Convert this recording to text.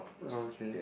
okay